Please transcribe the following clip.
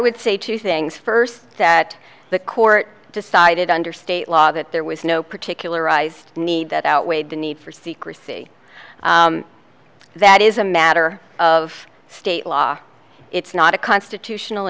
would say two things first that the court decided under state law that there was no particularized need that outweighed the need for secrecy that is a matter of state law it's not a constitutional